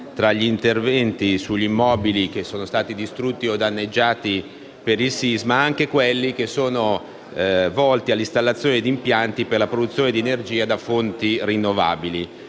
fra gli interventi sugli immobili che sono stati distrutti o danneggiati dal sisma anche quelli che sono volti all'installazione di impianti per la produzione di energia da fonti rinnovabili,